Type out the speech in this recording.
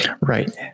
Right